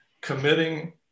committing